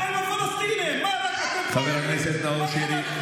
ומה עם הפלסטינים, חבר הכנסת נאור שירי.